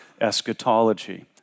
eschatology